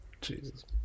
Jesus